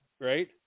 Right